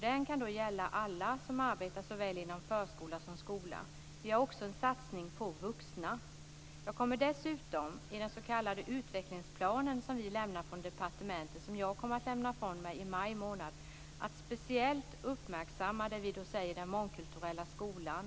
Den kan gälla alla som arbetar inom såväl förskola som skola. Vi har också en satsning på vuxna. Jag kommer dessutom i den s.k. utvecklingsplanen från departementet, som jag kommer att lämna ifrån mig i maj månad, att speciellt uppmärksamma det vi kallar den mångkulturella skolan.